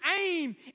aim